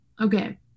okay